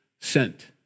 sent